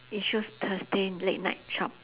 it shows thursday late night shop